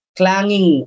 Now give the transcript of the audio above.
clanging